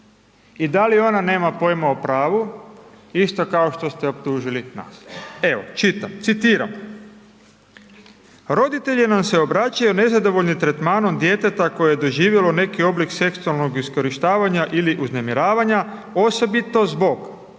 i da li ona nema pojma o pravu isto kao što ste optužili nas, evo čitam, citiram: „Roditelji nam se obraćaju nezadovoljni tretmanom djeteta koji je doživjelo neki oblik seksualnog iskorištavanja ili uznemiravanja osobito zbog